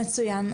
מצוין,